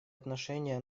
отношения